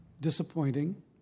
Disappointing